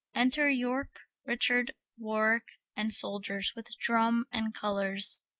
enter yorke, richard, warwicke, and soldiers, with drum and colours.